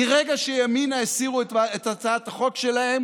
מרגע שימינה הסירו את הצעת החוק שלהם